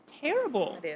terrible